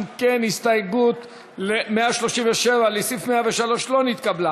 אם כן, הסתייגות 137 לסעיף 103 לא נתקבלה.